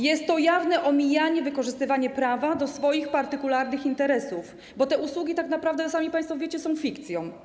Jest to jawne omijanie, wykorzystywanie prawa do swoich partykularnych interesów, bo te usługi tak naprawdę, sami państwo wiecie, są fikcją.